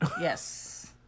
Yes